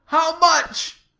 how much?